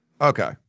Okay